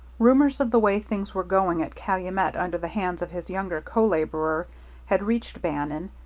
rumors of the way things were going at calumet under the hands of his younger co-laborer had reached bannon,